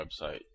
website